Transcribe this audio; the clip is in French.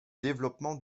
développement